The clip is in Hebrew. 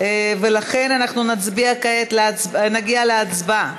ולכן נצביע כעת, נגיע להצבעה.